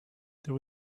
there